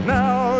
now